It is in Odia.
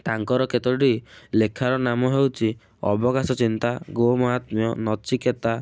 ତାଙ୍କର କେତୋଟି ଲେଖାର ନାମ ହଉଛି ଆବକାଶ ଚିନ୍ତା ଗୋମହାତ୍ମ୍ୟ ନଚିକେତା